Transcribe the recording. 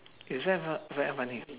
it's very fun~ very funny